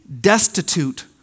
destitute